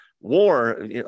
War